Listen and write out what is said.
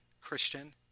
Christian